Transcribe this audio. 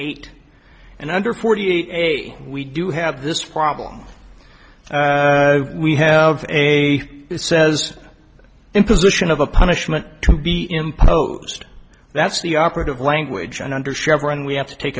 eight and under forty eight we do have this problem we have a says imposition of a punishment to be imposed that's the operative language and under chevron we have to take